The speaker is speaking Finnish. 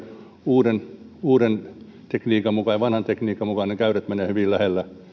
uuden uuden tekniikan mukaan ja vanhan tekniikan mukaan ne käyrät menevät hyvin lähellä